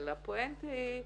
אבל הפואנטה היא,